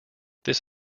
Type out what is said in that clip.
this